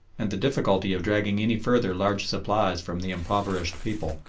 and the difficulty of dragging any further large supplies from the impoverished people.